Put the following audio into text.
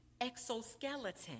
exoskeleton